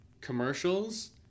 commercials